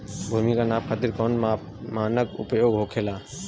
भूमि नाप खातिर कौन मानक उपयोग होखेला?